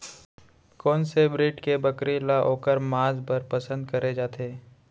कोन से ब्रीड के बकरी ला ओखर माँस बर पसंद करे जाथे?